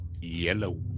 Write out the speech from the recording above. Yellow